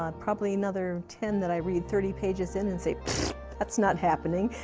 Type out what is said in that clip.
um probably another ten that i read thirty pages in and say that's not happening.